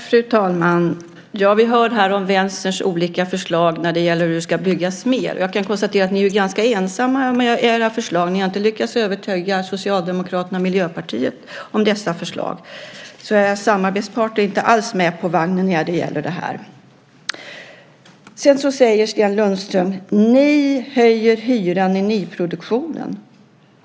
Fru talman! Ja, vi hör här om Vänsterns olika förslag om hur det ska byggas mer. Jag kan konstatera att ni är ganska ensamma om era förslag. Ni har inte lyckats övertyga Socialdemokraterna och Miljöpartiet om dessa förslag, så era samarbetspartner är inte alls med på vagnen här. Sten Lundström säger så här: Ni höjer hyran i nyproduktionen.